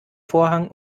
vorhang